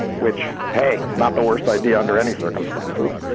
which, hey, not the worst idea under any circumstances